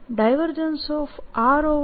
rr30 છે